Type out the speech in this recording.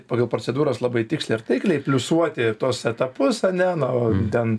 pagal procedūras labai tiksliai ir taikliai pliusuoti tuos etapus ane na ten